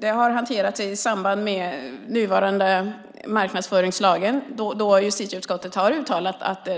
Den har hanterats i samband med nuvarande marknadsföringslagen, då justitieutskottet har uttalat att